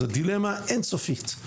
זאת דילמה אין-סופית.